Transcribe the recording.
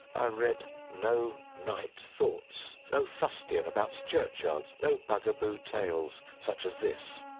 i read no night thoughts no fustian about churchyards no bugaboo tales such as this.